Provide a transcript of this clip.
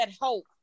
hope